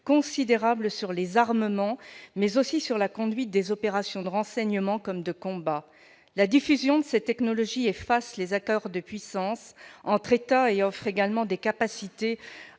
non seulement sur les armements, mais aussi sur la conduite des opérations de renseignement et de combat. La diffusion de ces technologies efface les écarts de puissance entre États et offre également des capacités